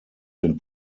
den